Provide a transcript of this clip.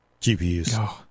GPUs